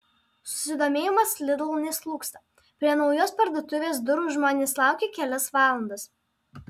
susidomėjimas lidl neslūgsta prie naujos parduotuvės durų žmonės laukė kelias valandas